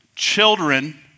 Children